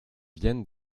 viennent